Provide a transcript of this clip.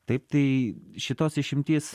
taip tai šitos išimtys